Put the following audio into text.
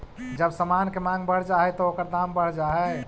जब समान के मांग बढ़ जा हई त ओकर दाम बढ़ जा हई